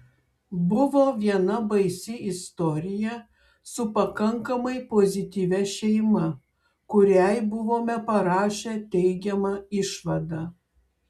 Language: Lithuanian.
buvo viena baisi istorija su pakankamai pozityvia šeima kuriai buvome parašę teigiamą išvadą